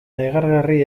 negargarri